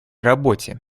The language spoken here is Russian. работе